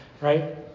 right